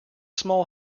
small